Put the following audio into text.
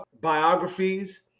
biographies